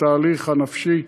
התהליך הנפשי,